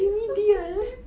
he's so stupid